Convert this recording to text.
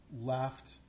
left